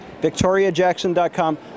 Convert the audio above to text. VictoriaJackson.com